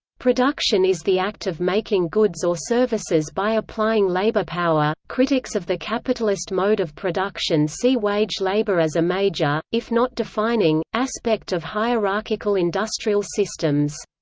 production is the act of making goods or services by applying labor power critics of the capitalist mode of production see wage labour as a major, if not defining, aspect of hierarchical industrial systems.